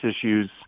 issues